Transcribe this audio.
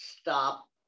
stop